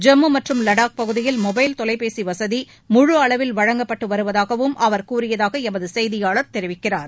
ஜம்மு மற்றும் லடாக் பகுதியில் மொபைல் தொலைபேசி வசதி முழு அளவில் வழங்கப்பட்டு வருவதாகவும் அவர் கூறியதாக எமது செய்தியாளர் தெரிவிக்கிறார்